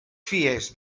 fies